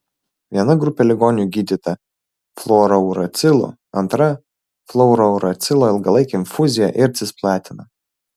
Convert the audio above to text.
viena grupė ligonių gydyta fluorouracilu antra fluorouracilo ilgalaike infuzija ir cisplatina